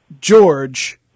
George